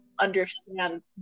understand